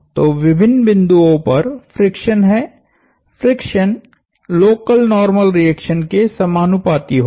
तो विभिन्न बिंदुओं पर फ्रिक्शन है फ्रिक्शन लोकल नार्मल रिएक्शन के समानुपाती होगा